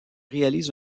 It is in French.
réalise